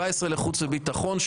17 לחוץ וביטחון,